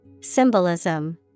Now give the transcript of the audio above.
Symbolism